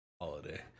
holiday